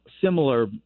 similar